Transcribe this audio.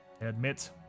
admit